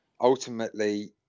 ultimately